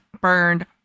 burned